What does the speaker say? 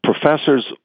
professors